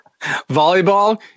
Volleyball